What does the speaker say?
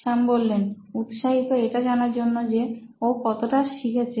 শ্যাম উৎসাহিত এটা জানার জন্য যে ও কতটা শিখেছে